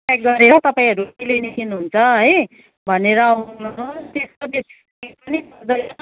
night गरेर तपाईँहरू सिल्लेरी निस्किनुहुन्छ है भनेर